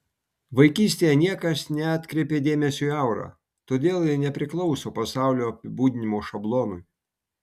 vaikystėje niekas neatkreipė dėmesio į aurą todėl ji nepriklauso pasaulio apibūdinimo šablonui